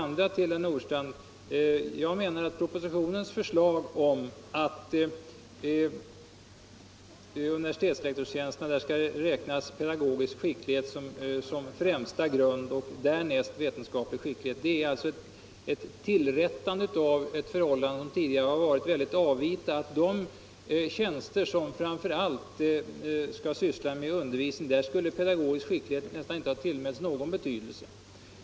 Propositionens förslag att vid tillsättning av universitetslektorstjänst den pedagogiska skickligheten skall vara den tyngst vägande befordringsgrunden och därnäst vetenskaplig skicklighet innebär att man rättar till ett tidigare avvita förhållande, då pedagogisk skicklighet nästan inte tillmättes någon betydelse vid tillsättande av tjänster där det framför allt gällde att handha undervisning.